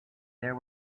there